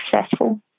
successful